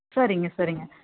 சரிங்க சரிங்க